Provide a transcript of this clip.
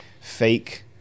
fake